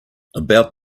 about